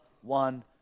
one